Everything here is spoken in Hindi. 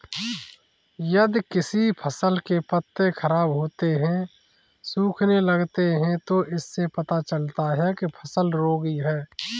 यदि किसी फसल के पत्ते खराब होते हैं, सूखने लगते हैं तो इससे पता चलता है कि फसल रोगी है